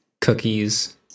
cookies